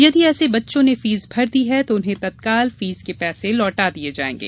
यदि ऐसे बच्चों ने फीस भर दी है तो उन्हें तत्काल फीस के पैसे लौटा दिये जायेंगे